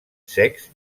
secs